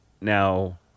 now